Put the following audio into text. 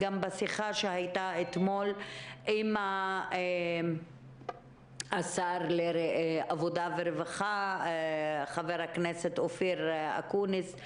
אתמול היתה שיחה עם שר העבודה והרווחה חבר הכנסת אופיר אקוניס,